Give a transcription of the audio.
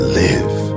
live